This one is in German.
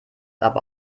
aber